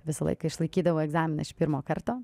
visą laiką išlaikydavau egzaminą iš pirmo karto